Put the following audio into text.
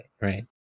right